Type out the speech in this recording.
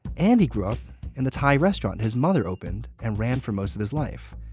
and he grew up in the thai restaurant his mother opened and ran for most of his life.